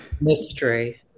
mystery